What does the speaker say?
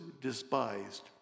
despised